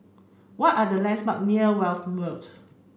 what are the lands marks near Welm Road